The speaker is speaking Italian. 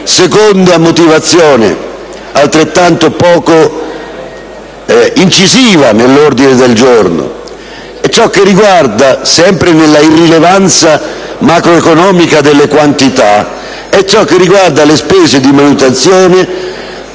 secondo argomento, altrettanto poco incisivo nell'ordine del giorno, è ciò che riguarda, sempre nella irrilevanza macroeconomica delle quantità, le spese di manutenzione,